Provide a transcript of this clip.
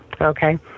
okay